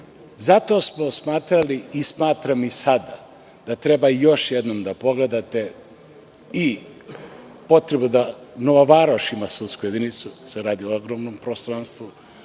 zato smo smatrali i smatramo i sada da treba još jednom da pogledate i potrebu da Nova Varoš ima sudsku jedinicu, jer se radi o ogromnom prostranstvu,